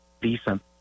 decent